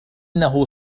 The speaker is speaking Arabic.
إنه